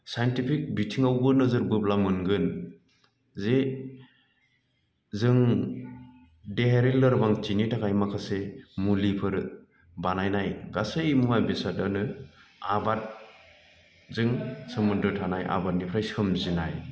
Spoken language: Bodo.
सायन्थिफिक बिथिङावबो नोजोर बोब्ला मोनगोन जे जों देहायारि लोरबांथिनि थाखाय माखासे मुलिफोर बानायनाय गासै मुवा बेसादानो आबादजों सोमोन्दो थानाय आबादनिफ्राय सोमजिनाय